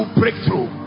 breakthrough